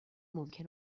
ممکن